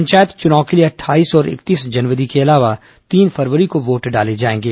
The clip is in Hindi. पंचायत चुनाव के लिए अटठाईस और इकतीस जनवरी के अलावा तीन फरवरी को वोट डाले जाएंगे